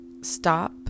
stop